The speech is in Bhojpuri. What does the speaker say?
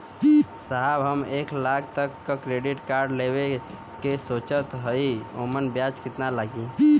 साहब हम एक लाख तक क क्रेडिट कार्ड लेवल सोचत हई ओमन ब्याज कितना लागि?